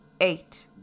Eight